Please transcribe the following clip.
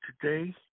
today